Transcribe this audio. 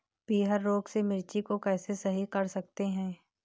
पीहर रोग से मिर्ची को कैसे सही कर सकते हैं?